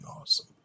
Awesome